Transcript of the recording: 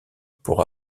pour